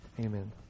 Amen